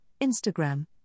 Instagram